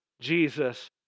Jesus